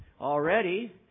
Already